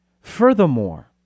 Furthermore